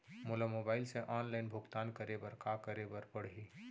मोला मोबाइल से ऑनलाइन भुगतान करे बर का करे बर पड़ही?